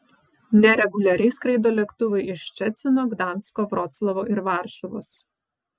nereguliariai skraido lėktuvai iš ščecino gdansko vroclavo ir varšuvos